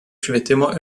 švietimo